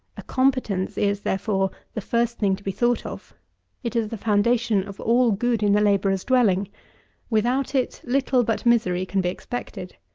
a competence is, therefore, the first thing to be thought of it is the foundation of all good in the labourer's dwelling without it little but misery can be expected.